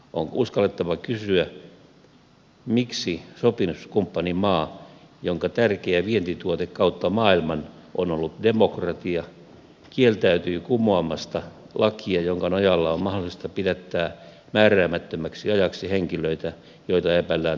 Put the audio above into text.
on uskallettava kysyä miksi sopimuskumppanimaa jonka tärkeä vientituote kautta maailman on ollut demokratia kieltäytyy kumoamasta lakia jonka nojalla on mahdollista pidättää määräämättömäksi ajaksi henkilöitä joita epäillään terroriteosta yhdysvalloissa